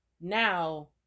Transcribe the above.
Now